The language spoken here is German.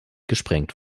gesprengt